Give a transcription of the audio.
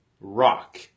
Rock